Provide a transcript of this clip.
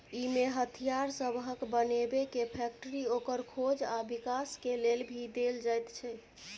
इमे हथियार सबहक बनेबे के फैक्टरी, ओकर खोज आ विकास के लेल भी देल जाइत छै